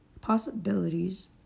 possibilities